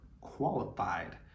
qualified